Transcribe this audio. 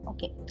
Okay